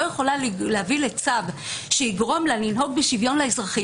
להביא לצו שיגרום לה לנהוג בשוויון לאזרחים,